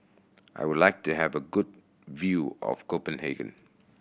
I would like to have a good view of Copenhagen